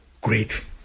great